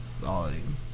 volume